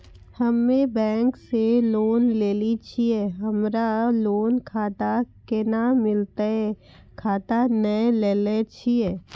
हम्मे बैंक से लोन लेली छियै हमरा लोन खाता कैना मिलतै खाता नैय लैलै छियै?